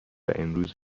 امروز